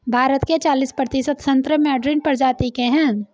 भारत के चालिस प्रतिशत संतरे मैडरीन प्रजाति के हैं